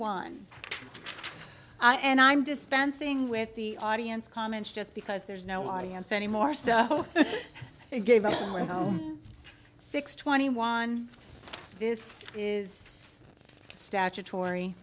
one and i'm dispensing with the audience comments just because there's no audience anymore so they gave us six twenty one this is statutory